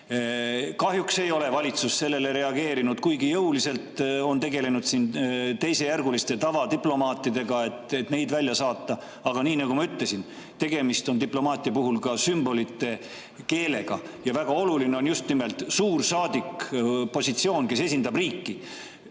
Kahjuks ei ole valitsus sellele reageerinud, kuigi jõuliselt on tegeldud teisejärguliste tavadiplomaatidega, et neid välja saata. Aga nii nagu ma ütlesin, diplomaatia puhul on tegemist ka sümbolite keelega. Väga oluline on just nimelt suursaadiku positsioon, ta esindab riiki.